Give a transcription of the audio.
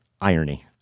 irony